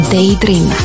Daydream